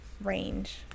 range